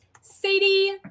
Sadie